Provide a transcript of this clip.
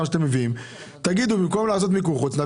שאתם מביאים ותגידו שבמקום מיקור חוץ,